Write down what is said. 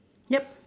yup